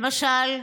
למשל,